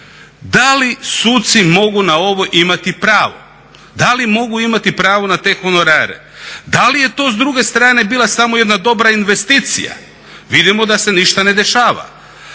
Da li suci mogu na ovo imati pravo? Da li mogu imati pravo na te honorare, da li je to s druge strane bila samo jedna dobra investicija. Vidimo da se ništa ne dešava.